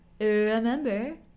remember